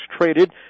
traded